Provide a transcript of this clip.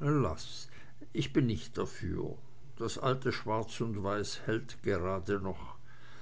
laß ich bin nicht dafür das alte schwarz und weiß hält gerade noch